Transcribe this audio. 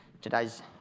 Today's